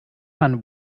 man